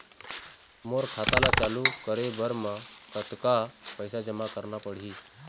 मोर खाता ला चालू रखे बर म कतका पैसा जमा रखना पड़ही?